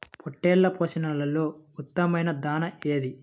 పొట్టెళ్ల పోషణలో ఉత్తమమైన దాణా ఏది?